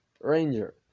Ranger